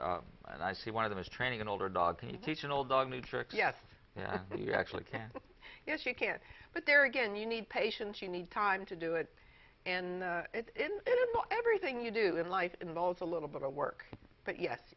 and i see one of them is training an older dog can you teach an old dog new tricks yes yeah you actually can yes you can but there again you need patience you need time to do it and everything you do in life involves a little bit of work but yes